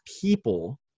people